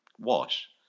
wash